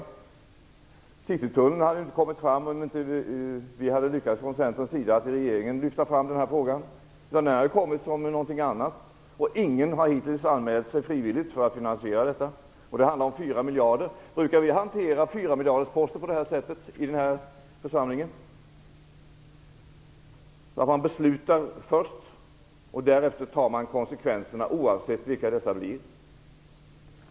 Förslaget om Citytunneln hade inte kommit fram om inte Centern i regeringen hade lyckats lyfta fram den frågan. Ingen har hittills anmält sig frivilligt för att finansiera den. Det handlar om 4 miljarder. Brukar vi i den här församlingen hantera poster på 4 miljarder på det här sättet? Brukar vi först besluta och därefter ta konsekvenserna oavsett vilka de blir?